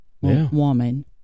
woman